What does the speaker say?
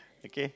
okay